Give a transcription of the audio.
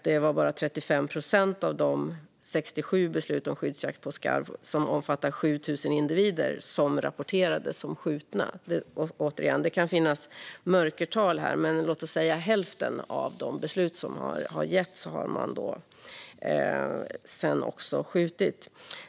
Det var bara 35 procent av de 7 000 individer som omfattades av de nämnda 67 besluten om skyddsjakt på skarv som rapporterades som skjutna. Det kan finnas mörkertal här, men låt oss säga att det bara är omkring hälften av de beslutade bestånden som har skjutits.